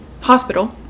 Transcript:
hospital